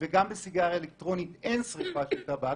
וגם בסיגריה אלקטרונית אין שריפת טבק,